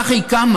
כך היא קמה,